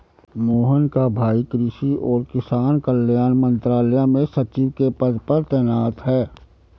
मोहन का भाई कृषि और किसान कल्याण मंत्रालय में सचिव के पद पर तैनात है